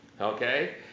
Okay